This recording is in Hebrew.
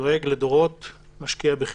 "הדואג לדורות משקיע בחינוך".